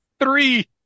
Three